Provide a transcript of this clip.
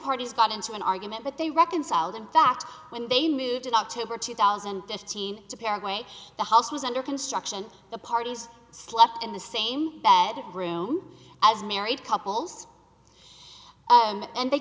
parties got into an argument but they reconciled in fact when they moved in october two thousand to fifteen to paraguay the house was under construction the parties slept in the same bedroom as married couples and they